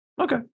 Okay